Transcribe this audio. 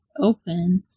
open